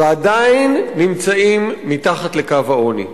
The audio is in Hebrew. ועדיין נמצאים מתחת לקו העוני.